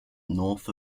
north